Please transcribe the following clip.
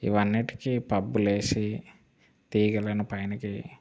ఇవన్నిటికీ పబ్బులేసి తీగలను పైనకి